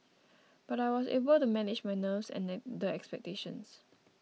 but I was able to manage my nerves and the the expectations